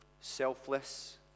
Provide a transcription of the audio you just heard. selfless